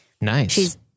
nice